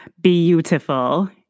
beautiful